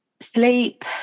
Sleep